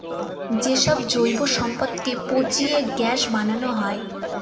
যে সব জৈব সম্পদকে পচিয়ে গ্যাস বানানো হয়